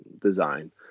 design